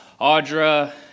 Audra